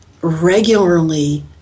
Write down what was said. regularly